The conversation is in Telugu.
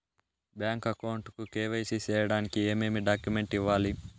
బ్యాంకు అకౌంట్ కు కె.వై.సి సేయడానికి ఏమేమి డాక్యుమెంట్ ఇవ్వాలి?